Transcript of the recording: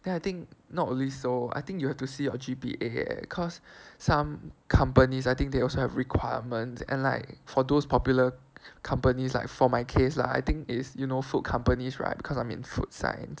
then I think not only so I think you have to see your G_P_A leh cause some companies I think they also have requirements and like for those popular companies like for my case lah I think is you know food companies right because I'm in food science